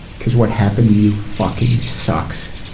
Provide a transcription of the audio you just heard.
cause what happened to you fucking sucks.